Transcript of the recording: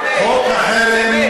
חוק החרם,